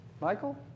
Michael